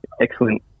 excellent